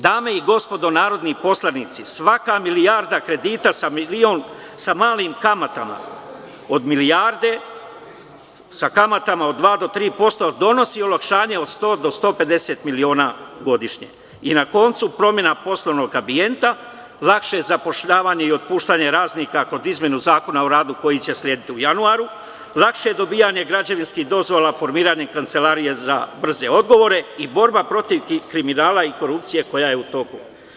Dame i gospodo narodni poslanici, svaka milijarda kredita sa malim kamatama od 2% do 3% donosi olakšanje od 100 do 150 miliona godišnje i na koncu promena poslovnog ambijenta lakše zapošljavanje i otpuštanje radnika kod izmene Zakona o radu koji će slediti u januaru, lakše dobijanje građevinskih dozvola, formiranje kancelarije za brze odgovore i borba protiv kriminala i korupcije, koja je u toku.